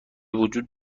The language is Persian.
وجود